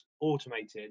automated